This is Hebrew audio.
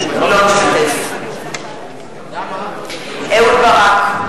אינו משתתף בהצבעה אהוד ברק,